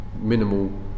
minimal